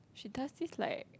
it does this like